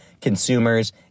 consumers